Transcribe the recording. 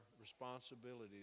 responsibility